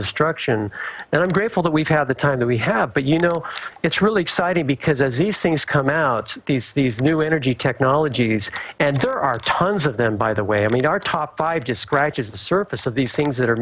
destruction and i'm grateful that we've had the time that we have but you know it's really exciting because as these things come out these these new energy technologies and there are tons of them by the way i mean our top five just scratches the surface of these things that are